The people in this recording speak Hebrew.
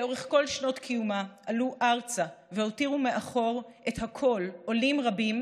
לאורך כל שנות קיומה עלו ארצה והותירו מאחור את הכול עולים רבים,